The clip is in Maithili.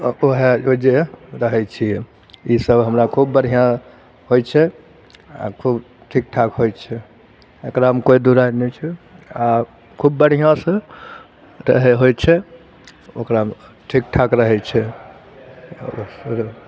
ओहए ओहिजे रहै छियै इसब हमरा खुब बढ़िऑं होइ छै आ खुब ठीकठाक होइ छै एकरामे कोइ दू राइ नहि छै आ खुब बढ़ियाँसॅं तहे होइछै ओकरामे ठीकठाक रहै छै और बस भऽ गेल